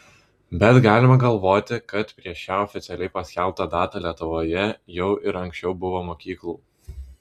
bet galima galvoti kad prieš šią oficialiai paskelbtą datą lietuvoje jau ir anksčiau buvo mokyklų